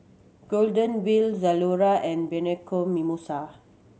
Golden Wheel Zalora and Bianco Mimosa